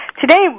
today